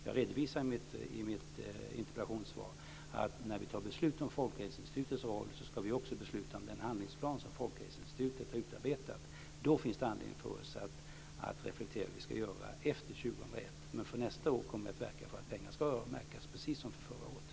Jag redovisar i mitt interpellationssvar att när vi tar beslut om Folkhälsoinstitutets roll ska vi också besluta om den handlingsplan som Folkhälsoinstitutet har utarbetat. Då finns det anledning för oss att reflektera över hur vi ska göra efter 2001. Men för nästa år kommer vi att verka för att pengar ska öronmärkas, precis som för detta år.